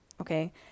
okay